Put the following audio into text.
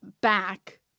back